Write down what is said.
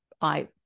I-